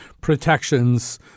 protections